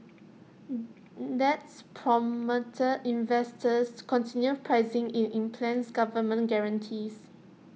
that's prompted investors continue pricing in implicit government guarantees